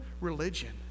religion